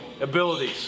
Abilities